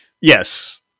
yes